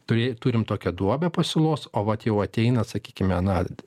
turė turim tokią duobę pasiūlos o vat jau ateina sakykime na